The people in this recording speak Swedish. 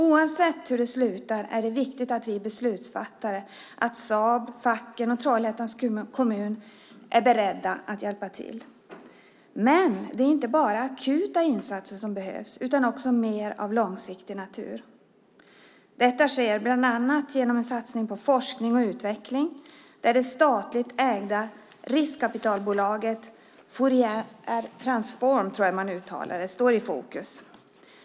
Oavsett hur det slutar är det viktigt att vi beslutsfattare, Saab, facken och Trollhättans kommun är beredda att hjälpa till. Men det är inte bara akuta insatser som behövs utan också insatser av mer långsiktig natur. Detta sker bland annat genom en satsning på forskning och utveckling där det statligt ägda riskkapitalbolaget Fouriertransform står i fokus.